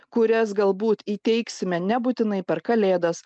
kurias galbūt įteiksime nebūtinai per kalėdas